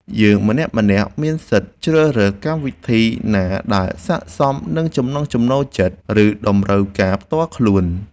យើងម្នាក់ៗមានសិទ្ធិជ្រើសរើសកម្មវិធីណាដែលស័ក្តិសមនឹងចំណង់ចំណូលចិត្ត ឬ តម្រូវការផ្ទាល់ខ្លួន។